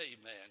Amen